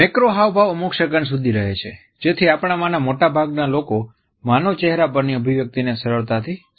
macro હાવભાવ અમુક second સુધી રહે છે જેથી આપણામાંના મોટા ભાગના લોકો માનવ ચહેરા પરની અભિવ્યક્તિને સરળતાથી સમજી શકે છે